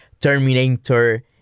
Terminator